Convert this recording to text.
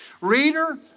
reader